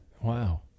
Wow